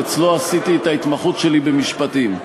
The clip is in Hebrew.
שאצלו עשיתי את ההתמחות שלי במשפטים.